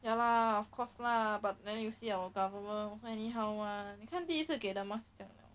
ya lah of course lah but then you see our government then anyhow one 你看第一次给的 mask 就这样了